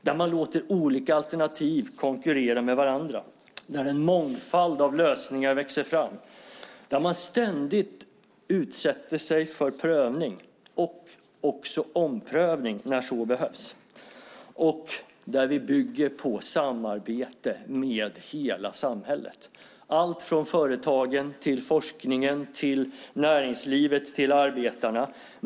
Där låter man olika alternativ konkurrera med varandra. Där växer en mångfald lösningar fram. Där utsätter man sig ständigt för prövning och omprövning när så behövs. Detta bygger på samarbete i hela samhället från företagen till forskningen, näringslivet och arbetarna.